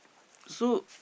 so